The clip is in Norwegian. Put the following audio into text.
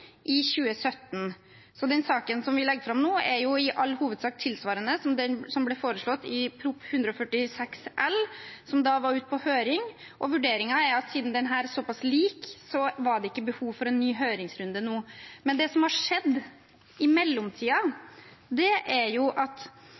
i 2017. Den saken vi legger fram nå, er i all hovedsak tilsvarende den som ble foreslått i Prop. 146 L for 2016–2017 – som da var ute på høring. Vurderingen var at siden denne er såpass lik, var det ikke behov for en ny høringsrunde nå. Det som har skjedd i